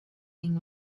being